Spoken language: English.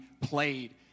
played